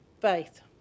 faith